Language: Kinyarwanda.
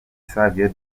savio